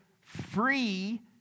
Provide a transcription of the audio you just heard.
free